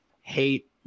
hate